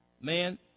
Man